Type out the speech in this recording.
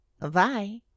Bye